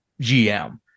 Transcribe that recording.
GM